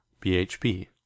BHP